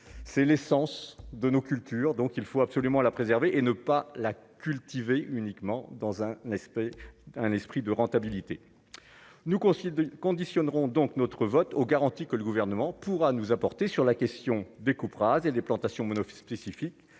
c'est l'essence de nos cultures, donc il faut absolument la préserver et ne pas la cultivé uniquement dans un esprit, un esprit de rentabilité nous conseiller conditionneront donc notre vote aux garantit que le gouvernement pourra nous apporter sur la question des coupes rases et des plantations mono fils spécifique